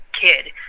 kid